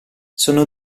sono